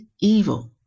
evil